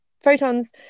photons